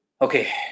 Okay